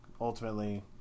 ultimately